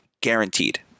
guaranteed